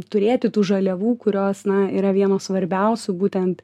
turėti tų žaliavų kurios na yra vienos svarbiausių būtent